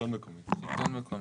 שלטון מקומי.